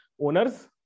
owners